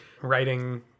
writing